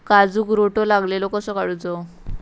काजूक रोटो लागलेलो कसो काडूचो?